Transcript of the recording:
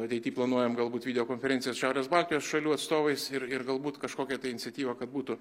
ateity planuojam galbūt video konferencijas šiaurės baltijos šalių atstovais ir ir galbūt kažkokią tai iniciatyvą kad būtų